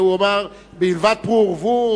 מלבד "פרו ורבו",